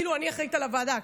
כאילו אני אחראית לוועדה,